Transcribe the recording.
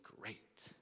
great